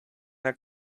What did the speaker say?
der